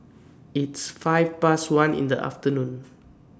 its five Past one in The afternoon